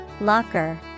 Locker